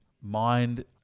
mind